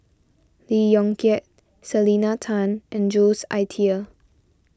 Lee Yong Kiat Selena Tan and Jules Itier